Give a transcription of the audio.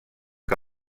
que